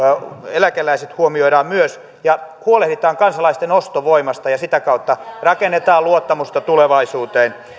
eläkeläiset huomioidaan myös ja huolehditaan kansalaisten ostovoimasta ja sitä kautta rakennetaan luottamusta tulevaisuuteen